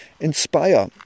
inspire